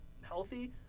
healthy